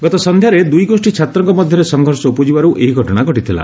ଗତ ସନ୍ଧ୍ୟାରେ ଦୁଇ ଗୋଷ୍ଠୀ ଛାତ୍ରଙ୍କ ମଧ୍ୟରେ ସଂଘର୍ଷ ଉପୁଜିବାରୁ ଏହି ଘଟଣା ଘଟିଥିଲା